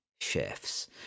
chefs